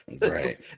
Right